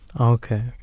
okay